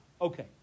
Okay